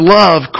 love